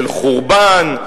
של חורבן,